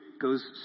goes